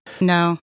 No